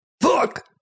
fuck